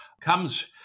comes